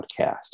podcast